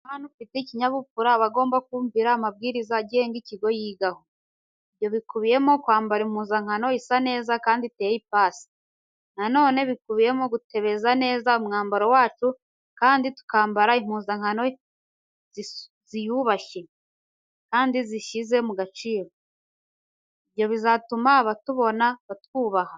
Umwana ufite ikinyabupfura aba agomba kumvira amabwiriza agenga ikigo yigaho. Ibyo bikubiyemo kwambara impuzankano isa neza kandi iteye ipasi. Na none bikubiyemo gutebeza neza umwambaro wacu kandi tukambara impuzankano ziyubashye kandi zishyize mu gaciro. Ibyo bizatuma abatubona batwubaha.